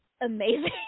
amazing